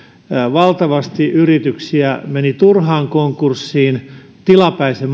valtavasti yrityksiä meni turhaan konkurssiin tilapäisen